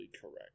correct